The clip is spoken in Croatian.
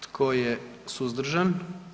Tko je suzdržan?